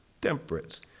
temperance